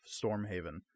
stormhaven